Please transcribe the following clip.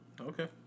Okay